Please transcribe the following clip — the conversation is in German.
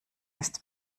ist